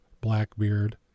Blackbeard